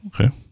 Okay